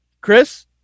Chris